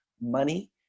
money